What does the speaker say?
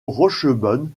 rochebonne